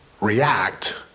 react